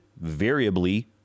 variably